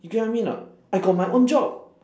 you get what I mean or not I got my own job